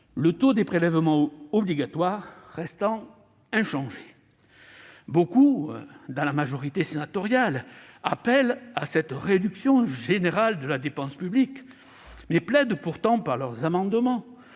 le taux de prélèvements obligatoires restant inchangé. Beaucoup dans la majorité sénatoriale appellent à cette réduction générale de la dépense publique, mais plaident pourtant, par leurs amendements,